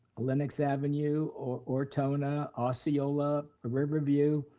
lenox avenue, ortona, osceolla, riverview,